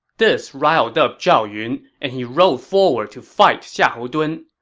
this riled up zhao yun, and he rode forward to fight xiahou dun.